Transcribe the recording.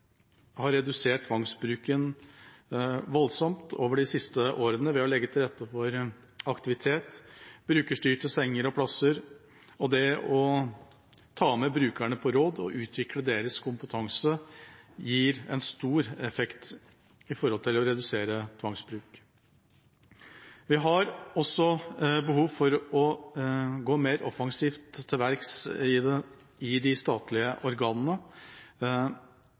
har redusert tvangsbruken voldsomt over de siste årene ved å legge til rette for aktivitet, brukerstyrte senger og plasser. Det å ta med brukerne på råd og utvikle deres kompetanse gir en stor effekt når det gjelder å redusere tvangsbruk. Vi har også behov for å gå mer offensivt til verks i de statlige organene.